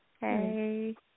Hey